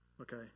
Okay